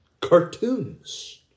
cartoons